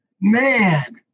man